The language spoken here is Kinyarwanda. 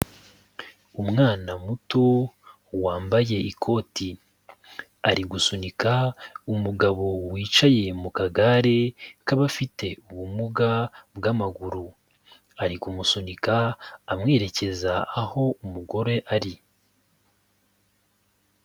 Umwana muto, wambaye ikoti, ari gusunika umugabo wicaye mu kagare k'abafite ubumuga bw'amaguru, ari kumusunika amwerekeza aho umugore ari.